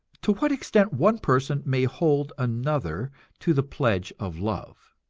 to what extent one person may hold another to the pledge of love.